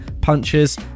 punches